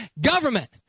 government